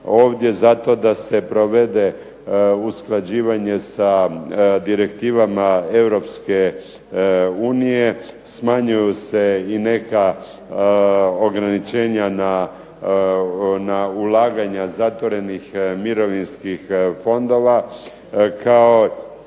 ovdje zato da se provede usklađivanje sa direktivama Europske unije, smanjuju se i neka ograničenja na ulaganja zatvorenih mirovinskih fondova kao